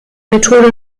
methode